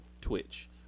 Twitch